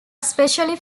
especially